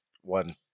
one